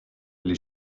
les